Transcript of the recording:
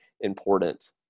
important